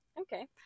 Okay